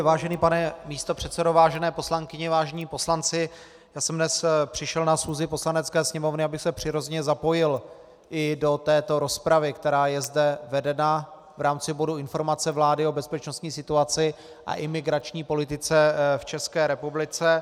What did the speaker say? Vážený pane místopředsedo, vážené poslankyně, vážení poslanci, já jsem dnes přišel na schůzi Poslanecké sněmovny, abych se přirozeně zapojil i do této rozpravy, která je zde vedena v rámci bodu Informace vlády o bezpečnostní situaci a imigrační politice v České republice.